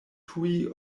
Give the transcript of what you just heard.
tuj